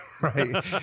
Right